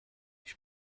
ich